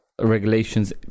regulations